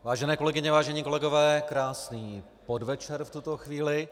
Vážené kolegyně, vážení kolegové, krásný podvečer v tuto chvíli.